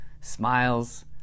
smiles